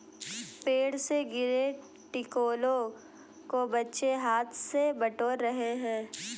पेड़ से गिरे टिकोलों को बच्चे हाथ से बटोर रहे हैं